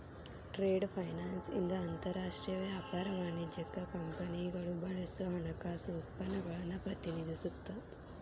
trade finance ಇಂದ ಅಂತರಾಷ್ಟ್ರೇಯ ವ್ಯಾಪಾರ ವಾಣಿಜ್ಯಕ್ಕ ಕಂಪನಿಗಳು ಬಳಸೋ ಹಣಕಾಸು ಉತ್ಪನ್ನಗಳನ್ನ ಪ್ರತಿನಿಧಿಸುತ್ತ